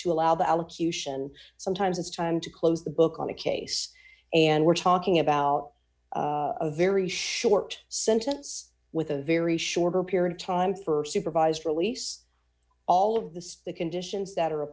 to allow the allocution sometimes it's time to close the book on a case and we're talking about a very short sentence with a very short period of time for supervised release all of this the conditions that are a